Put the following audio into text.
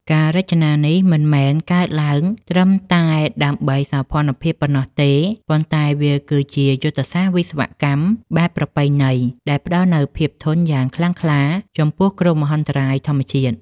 ការរចនានេះមិនមែនកើតឡើងត្រឹមតែដើម្បីសោភ័ណភាពប៉ុណ្ណោះទេ ប៉ុន្តែវាគឺជាយុទ្ធសាស្ត្រវិស្វកម្មបែបប្រពៃណីដែលផ្តល់នូវភាពធន់យ៉ាងខ្លាំងក្លាចំពោះគ្រោះមហន្តរាយធម្មជាតិ។